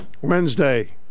Wednesday